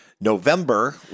November